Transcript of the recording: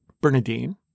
Bernadine